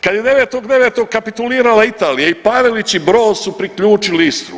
Kad je 9.9. kapitulirala Italija i Pavelić i Broz su priključili Istru.